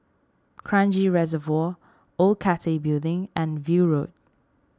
Kranji Reservoir Old Cathay Building and View Road